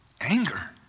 Anger